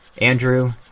Andrew